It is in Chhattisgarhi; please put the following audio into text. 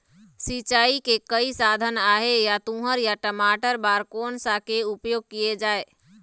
सिचाई के कई साधन आहे ता तुंहर या टमाटर बार कोन सा के उपयोग किए जाए?